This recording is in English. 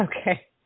okay